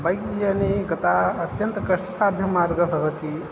bike याने गतम् अत्यन्तः कष्टसाध्यमार्गः भवति